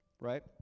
right